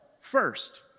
first